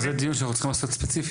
זה דיון שאנחנו צריכים לעשות ספציפי.